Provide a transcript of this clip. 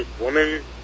woman